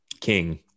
king